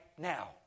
now